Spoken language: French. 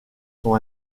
sont